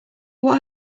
what